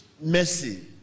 mercy